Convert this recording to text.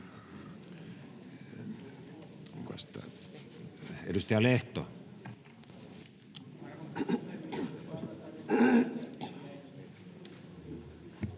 Edustaja Laiho,